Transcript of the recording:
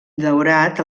daurat